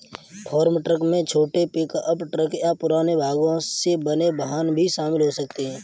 farm truck में छोटे pickup truck या पुराने भागों से बने वाहन भी शामिल हो सकते हैं